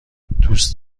دوست